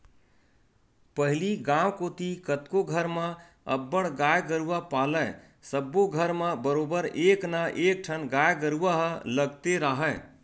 पहिली गांव कोती कतको घर म अब्बड़ गाय गरूवा पालय सब्बो घर म बरोबर एक ना एकठन गाय गरुवा ह लगते राहय